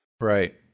Right